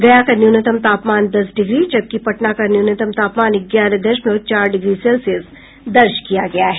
गया का न्यूनतम तापमान दस डिग्री जबकि पटना का न्यूनतम तापमान ग्यारह दशमलव चार डिग्री सेल्सियस दर्ज किया गया है